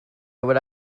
would